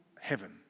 heaven